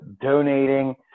donating